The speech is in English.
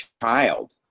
child